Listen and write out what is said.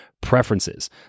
preferences